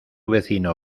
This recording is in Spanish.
vecino